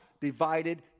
divided